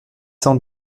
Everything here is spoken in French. cent